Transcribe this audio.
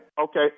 Okay